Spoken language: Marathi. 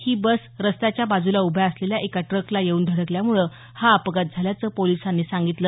ही बस रस्त्याच्या बाजूला उभ्या असलेल्या एका ट्रकला येऊन धडकल्यामुळं हा अपघात झाल्याचं पोलिसांनी सांगितलं